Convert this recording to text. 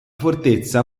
fortezza